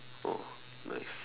oh nice